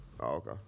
Okay